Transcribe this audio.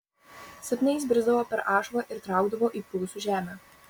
sapne jis brisdavo per ašvą ir traukdavo į prūsų žemę